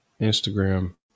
Instagram